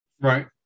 Right